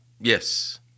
Yes